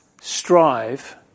strive